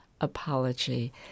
apology